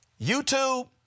YouTube